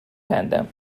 کندم